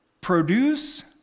produce